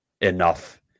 enough